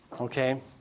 Okay